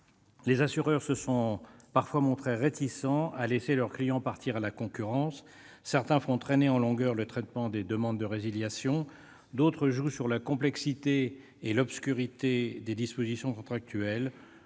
Les assureurs se sont parfois montrés réticents à laisser leurs clients partir vers la concurrence. Certains font traîner en longueur le traitement des demandes de résiliation ; d'autres jouent sur la complexité et sur l'obscurité des dispositions contractuelles.